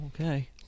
okay